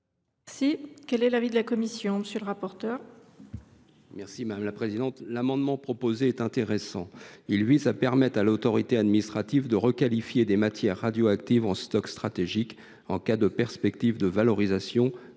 ! Quel est l’avis de la commission ?